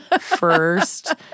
first